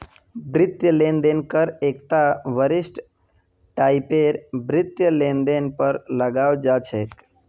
वित्तीय लेन देन कर एकता विशिष्ट टाइपेर वित्तीय लेनदेनेर पर लगाल जा छेक